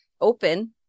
open